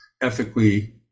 ethically